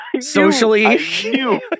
socially